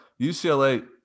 UCLA